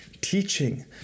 teaching